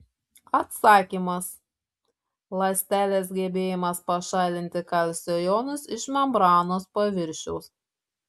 atsakymas ląstelės gebėjimas pašalinti kalcio jonus iš membranos paviršiaus